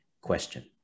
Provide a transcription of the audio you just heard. question